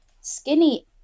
skinny